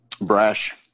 brash